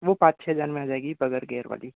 वो पाँच छ हजार में आ जाएगी वगैर गेयर वाली